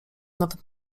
nawet